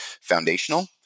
foundational